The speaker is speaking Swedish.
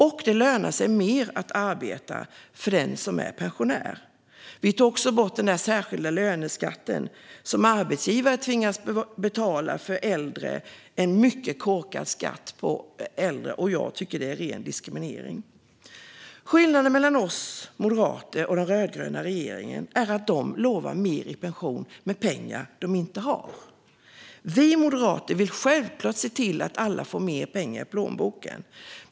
Och det lönar sig mer att arbeta för den som är pensionär. Vi tog också bort den särskilda löneskatten som arbetsgivare tvingades betala för äldre - en mycket korkad skatt för äldre. Jag tycker att det är ren diskriminering. Skillnaden mellan oss moderater och den rödgröna regeringen är att de lovar mer i pension med pengar som de inte har. Vi moderater vill självklart se till att alla får mer pengar i plånboken.